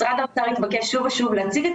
משרד האוצר התבקש שוב ושוב להציג את